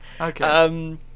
Okay